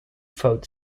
vote